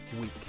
week